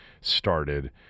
started